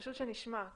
חשוב שנשמע,